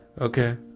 okay